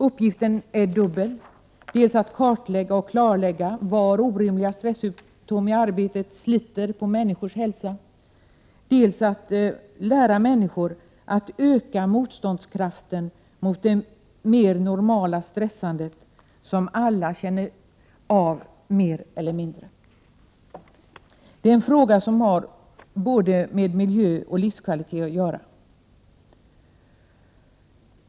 Uppgiften är dubbel: dels att kartlägga och klarlägga var orimliga stressymtom i arbetet sliter på människors hälsa, dels att lära människor att öka motståndskraften mot det mer normala stressandet, som alla känner av mer eller mindre. Det är en fråga som har med både miljö och livskvalitet att göra.